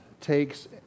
takes